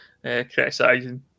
criticising